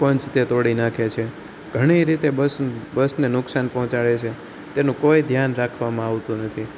sponge તે તોડી નાખે છે ઘણી રીતે બસ બસને નુકસાન પહોંચાડે છે તેનું કોઈ ધ્યાન રાખવામાં આવતું નથી